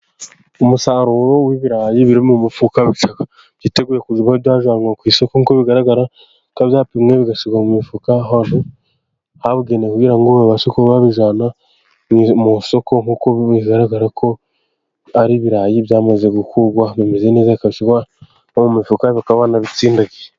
Umusaruro w'ibirayi biri mu mufuka, byiteguye kuba byajyanwa ku isoko, nk'uko bigaragara bikaba byapimwe bigashyirwa mu mifuka yabugenewe, kugira ngo babashe kuba babijyana mu isoko, nk'uko bigaragara ko ari ibirayi byamaze gukurwa, bimeze neza no mu mifuka bakaba banabitsindagiye.